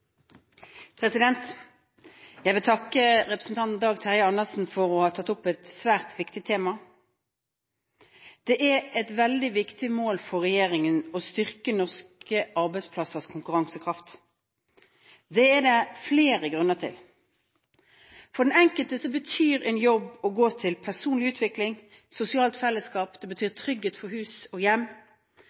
Jeg vil takke representanten Dag Terje Andersen for å ha tatt opp et svært viktig tema. Det er et veldig viktig mål for regjeringen å styrke norske arbeidsplassers konkurransekraft. Det er det flere grunner til. For den enkelte betyr en jobb å gå til personlig utvikling, sosialt fellesskap og trygghet for hus og hjem.